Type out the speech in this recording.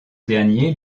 dernier